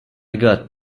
got